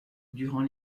durant